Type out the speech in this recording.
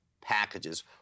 packages